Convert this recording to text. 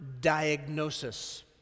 diagnosis